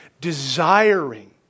desiring